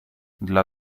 dla